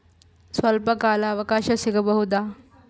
ಸ್ವಲ್ಪ ಕಾಲ ಅವಕಾಶ ಸಿಗಬಹುದಾ?